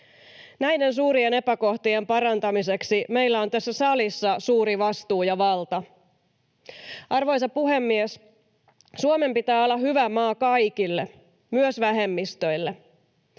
Näiden suurien epäkohtien parantamiseksi meillä on tässä salissa suuri vastuu ja valta. Arvoisa puhemies! Suomen pitää olla hyvä maa kaikille, myös vähemmistöille.